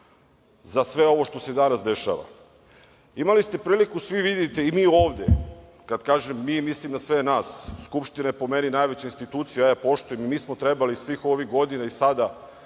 za sve ovo što se danas dešava. Imali ste priliku svi da vidite i mi ovde, kada mislim mi, mislim na sve nas. Skupština je po meni najveća institucija, ja je poštujem. Mi smo trebali svih ovih godina i sada